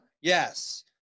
Yes